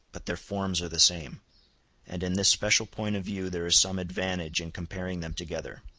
but their forms are the same and in this special point of view there is some advantage in comparing them together